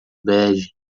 bege